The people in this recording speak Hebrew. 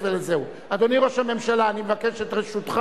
אדוני ראש הממשלה, אני מבקש את רשותך